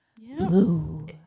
blue